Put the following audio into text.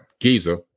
Giza